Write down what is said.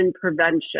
prevention